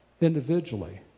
individually